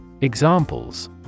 Examples